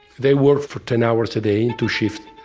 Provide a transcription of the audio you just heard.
they work for ten hours a day, two shifts.